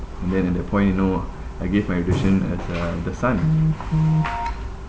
and then at that point you know I gave admission at the uh the son